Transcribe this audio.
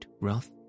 rough